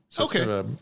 Okay